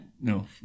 no